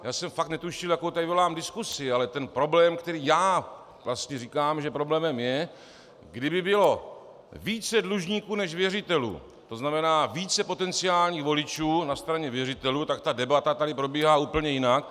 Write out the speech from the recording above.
Já jsem fakt netušil, jakou tady vyvolám diskusi, ale ten problém, o kterém říkám, že problémem je, kdyby bylo více dlužníků než věřitelů, to znamená více potenciálních voličů na straně věřitelů, tak ta debata tady probíhá úplně jinak.